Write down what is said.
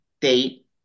date